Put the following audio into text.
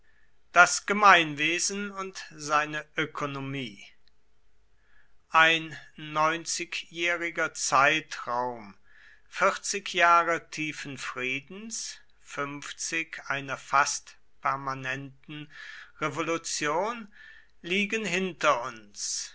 das gemeinwesen und seine ökonomie ein neunzigjähriger zeitraum vierzig jahr tiefen friedens fünfzig einer fast permanenten revolution liegen hinter uns